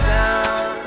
down